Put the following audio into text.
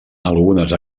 algunes